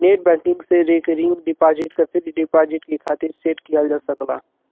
net banking से recurring deposit क fixed deposit के खातिर सेट किहल जा सकला